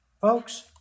Folks